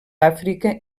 àfrica